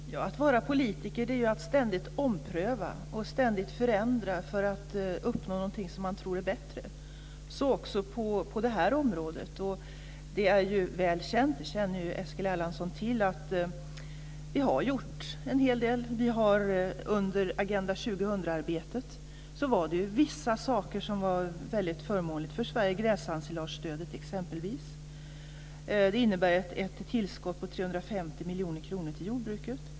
Fru talman! Att vara politiker är att ständigt ompröva och ständigt förändra för att uppnå någonting som man tror är bättre, så också på det här området. Eskil Erlandsson känner väl till att vi har gjort en hel del. Under Agenda 2000-arbetet var det vissa saker som var förmånliga för Sverige, t.ex. stödet till gräsensilage. Det innebär ett tillskott på 350 miljoner kronor till jordbruket.